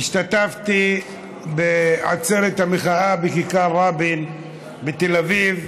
השתתפתי בעצרת המחאה בכיכר רבין בתל אביב,